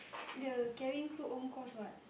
the cabin crew own course what